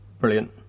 brilliant